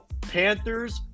Panthers